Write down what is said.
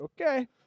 okay